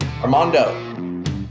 Armando